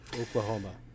Oklahoma